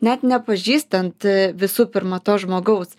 net nepažįstant visų pirma to žmogaus